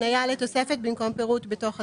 לתוספת במקום פירוט בתוך הסעיף.